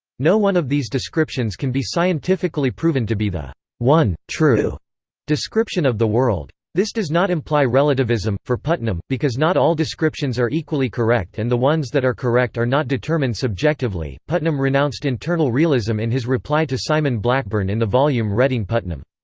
no one of these descriptions can be scientifically proven to be the one, true description of the world. this does not imply relativism, for putnam, because not all descriptions are equally correct and the ones that are correct are not determined subjectively putnam renounced internal realism in his reply to simon blackburn in the volume reading putnam.